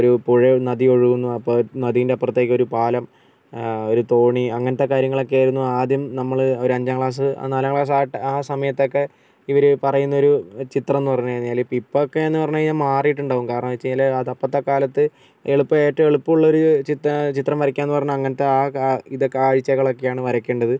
ഒരു പുഴയും നദീം ഒഴുകുന്നു അപ്പം നദീൻ്റെ അപ്പുറത്തേക്കൊരു പാലം ഒരു തോണി അങ്ങനത്തെ കാര്യങ്ങളൊക്കെയായിരുന്നു ആദ്യം നമ്മൾ ഒരഞ്ചാം ക്ലാസ്സ് നാലാം ക്ലാസ്സ് ആ സമയത്തൊക്കെ ഇവർ പറയുന്നൊരു ചിത്രംന്ന് പറഞ്ഞ് കഴിഞ്ഞാൽ ഇപ്പോഴോക്കേന്ന് പറഞ്ഞ് കഴിഞ്ഞാൽ മാറീട്ടുണ്ടാകും കാരണം ചില അതപ്പോഴത്തെക്കാലത്ത് എളുപ്പം ഏറ്റോം എളുപ്പമുള്ളൊരു ചിത്ത ചിത്രം വരക്കുകാന്ന് പറഞ്ഞാൽ അങ്ങനത്തെ ആ കാ ഇത് കാഴ്ചകളൊക്കെയാണ് വരക്കേണ്ടത്